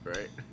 Right